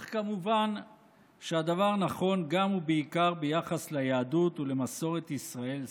אך כמובן שהדבר נכון גם ובעיקר ביחס ליהדות ולמסורת ישראל סבא.